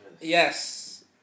Yes